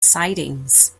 sidings